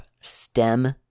stem